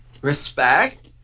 Respect